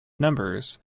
numbers